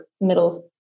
middle